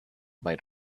might